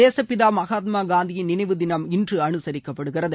தேசப்பிதா மகாத்மா காந்தியின் நினைவு தினம் இன்று அனுசரிக்கப்படுகிறது